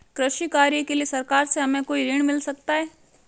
कृषि कार्य के लिए सरकार से हमें कोई ऋण मिल सकता है?